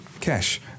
Cash